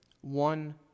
one